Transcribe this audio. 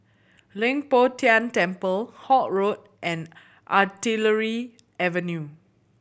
Leng Poh Tian Temple Holt Road and Artillery Avenue